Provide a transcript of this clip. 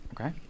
Okay